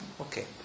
Okay